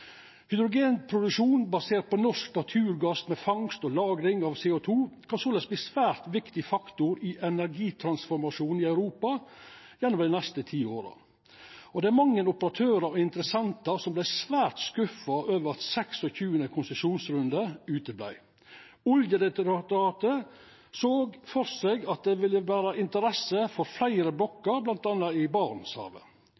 basert på norsk naturgass med fangst og lagring av CO 2 kan såleis bli ein svært viktig faktor i energitransformasjonen i Europa gjennom dei neste ti åra. Det er mange operatørar og interessentar som vart svært skuffa over at det ikkje vart noko av 26. konsesjonsrunde. Oljedirektoratet såg for seg at det ville vera interesse for fleire